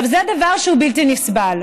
עכשיו, זה דבר שהוא בלתי נסבל.